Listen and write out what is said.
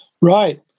Right